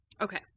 Okay